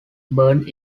burnt